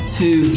two